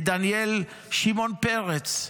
את דניאל שמעון פרץ,